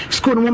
School